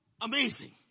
amazing